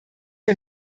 wir